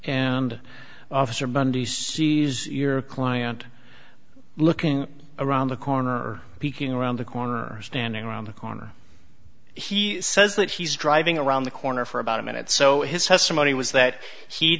and officer bundy's your client looking around the corner peeking around the corner standing around the corner he says that he's driving around the corner for about a minute so his testimony was that he